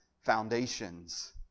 foundations